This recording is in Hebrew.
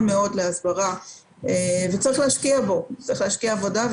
מאוד להסברה וצריך להשקיע בזה עבודה,